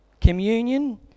communion